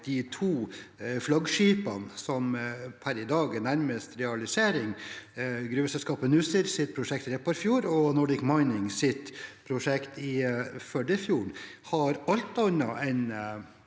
de to flaggskipene som per i dag er nærmest realisering, gruveselskapet Nussirs prosjekt i Repparfjord og Nordic Minings prosjekt i Førdefjorden, er alt annet enn